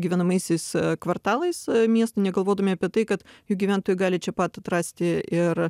gyvenamaisiais kvartalais miestų negalvodami apie tai kad jų gyventojai gali čia pat atrasti ir